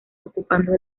ocupando